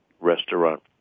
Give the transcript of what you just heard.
restaurant